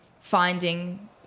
finding